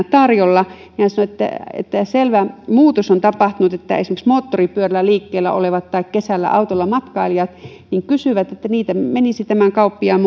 tarjolla ja sanottiin että selvä muutos on tapahtunut että esimerkiksi moottoripyörällä liikkeellä olevat tai kesällä autolla matkailevat niitä kysyvät ja niitä menisi tämän kauppiaan